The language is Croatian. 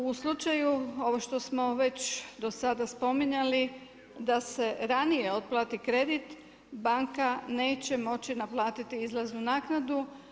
U slučaju, ovo što smo već do sada spominjali, da se ranije otplati kredit, banka neće moći naplatiti izlaznu naknadu.